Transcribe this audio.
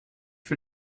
für